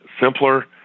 simpler